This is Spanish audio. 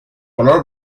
color